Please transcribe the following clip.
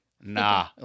nah